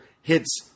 hits